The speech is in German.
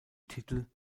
titel